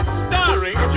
starring